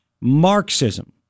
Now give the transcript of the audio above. Marxism